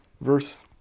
Verse